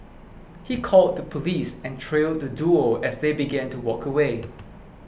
he called the police and trailed the duo as they began to walk away